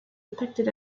depicted